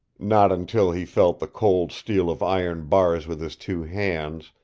not until he felt the cold steel of iron bars with his two hands,